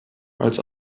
als